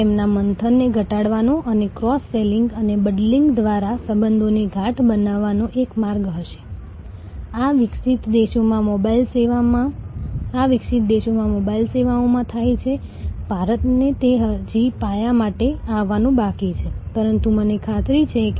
તેથી gold credit card ગ્રાહક કેટલાક રિવોર્ડ પોઈન્ટ્સ સાથે કેટલાક સમજાવટ સાથે પ્લેટિનમ સ્તર પર જવા માટે સંમત થઈ શકે છે અને તેથી તમને વધારાની આવક લાવવાનું ચાલુ રાખી શકે છે